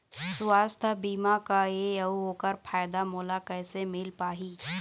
सुवास्थ बीमा का ए अउ ओकर फायदा मोला कैसे मिल पाही?